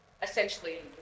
Essentially